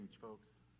folks